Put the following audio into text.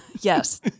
yes